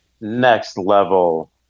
next-level